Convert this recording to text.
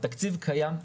התקציב קיים.